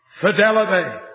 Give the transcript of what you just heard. fidelity